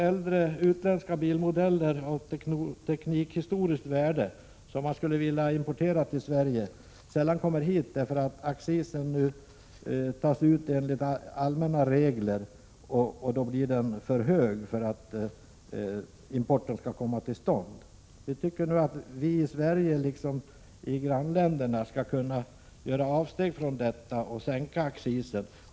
Äldre utländska bilmodeller av teknikhistoriskt värde importeras sällan till Sverige på grund av att accisen tas ut enligt allmänna regler. Den blir då oftast för hög för att importen skall komma till stånd. Vi anser att man i Sverige liksom i grannländerna skall kunna göra avsteg från detta och sänka accisen.